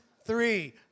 three